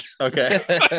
Okay